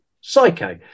psycho